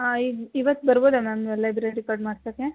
ಹಾಂ ಈಗ ಇವತ್ತು ಬರ್ಬೋದಾ ಮ್ಯಾಮ್ ಲೈಬ್ರರಿ ಕಾರ್ಡ್ ಮಾಡ್ಸೋಕ್ಕೆ